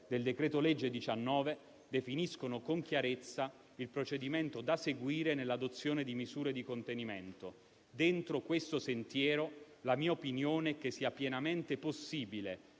decreto-legge n. 19 definiscono con chiarezza il procedimento da seguire nell'adozione di misure di contenimento. Dentro questo sentiero la mia opinione è che sia pienamente possibile